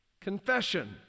Confession